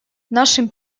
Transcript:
нашим